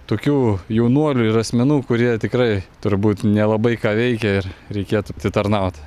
tokių jaunuolių ir asmenų kurie tikrai turbūt nelabai ką veikia ir reikėtų atitarnaut